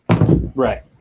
Right